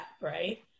right